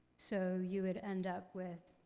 so you would end up with,